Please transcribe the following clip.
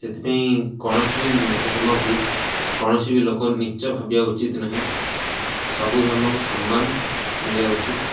ସେଥିପାଇଁ କୌଣସି ବି ଧର୍ମକୁ କୌଣସି ବି ଲୋକ ନୀଚ ଭାବିବା ଉଚିତ୍ ନାହିଁ ସବୁ ଧର୍ମକୁ ସମ୍ମାନ ମିଳିବା ଉଚିତ୍